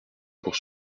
pour